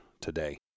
today